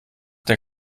der